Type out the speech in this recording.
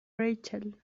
ریچل